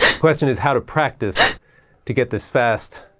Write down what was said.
question is how to practice to get this fast,